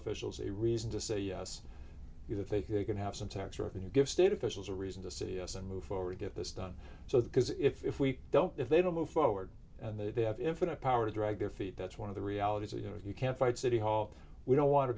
officials a reason to say yes you know if they can have some tax revenue give state officials a reason to see us and move forward get this done so the because if we don't if they don't move forward they have infinite power to drag their feet that's one of the realities of you know you can't fight city hall we don't want to